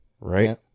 Right